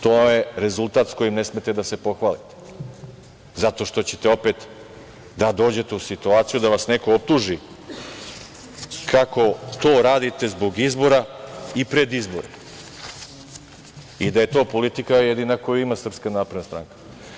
To je rezultat kojim ne smete da se pohvalite, zato što ćete opet da dođete u situaciju da vas neko optuži kako to radite zbog izbora i pred izbore i da je to jedina politika koju ima SNS.